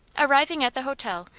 arriving at the hotel,